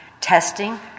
Testing